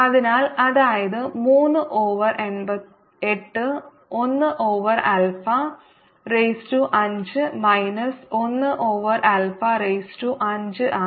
അതിനാൽ അതായത് 3 over 8 1 over alpha raise to 5 minus 1 over alpha raise to 5 ആയി